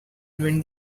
invent